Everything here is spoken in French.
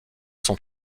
sont